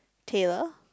Taylor